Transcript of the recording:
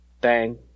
bang